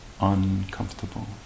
uncomfortable